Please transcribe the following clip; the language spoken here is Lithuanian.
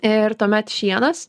ir tuomet šienas